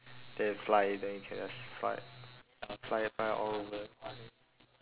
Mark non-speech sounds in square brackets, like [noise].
then fly then you can just fly ya fly fly all over [noise]